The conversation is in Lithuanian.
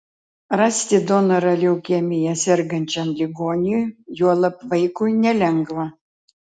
rasti donorą leukemija sergančiam ligoniui juolab vaikui nelengva